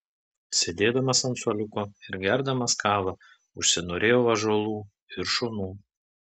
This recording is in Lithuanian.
sėdėdamas ant suoliuko ir gerdamas kavą užsinorėjau ąžuolų ir šunų